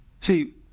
See